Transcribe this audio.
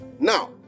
Now